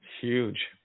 Huge